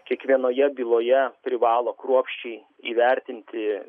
kiekvienoje byloje privalo kruopščiai įvertinti